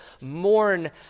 mourn